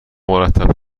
مرتب